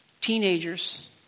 teenagers